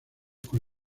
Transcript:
con